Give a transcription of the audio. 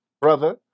brother